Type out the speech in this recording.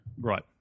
Right